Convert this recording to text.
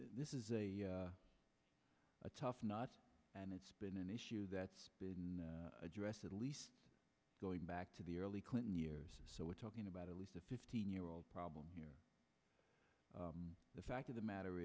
this is a tough nut and it's been an issue that's been addressed at least going back to the early clinton years so we're talking about at least a fifteen year old problem the fact of the matter